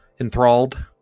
enthralled